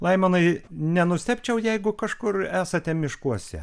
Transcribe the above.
laimonai nenustebčiau jeigu kažkur esate miškuose